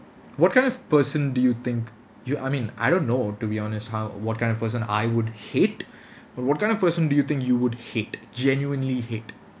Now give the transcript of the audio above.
what kind of person do you think you I mean I don't know to be honest how what kind of person I would hate but what kind of person do you think you would hate genuinely hate